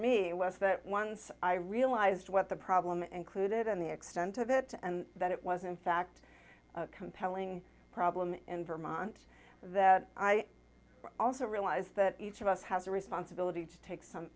me was that once i realized what the problem and clued it on the extent of it and that it was in fact a compelling problem in vermont that i also realize that each of us has a responsibility to take some